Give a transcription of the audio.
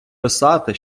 писати